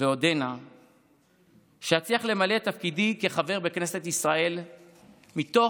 ועודנה שאצליח למלא את תפקידי כחבר בכנסת ישראל מתוך